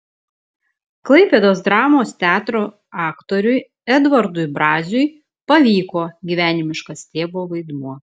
klaipėdos dramos teatro aktoriui edvardui braziui pavyko gyvenimiškas tėvo vaidmuo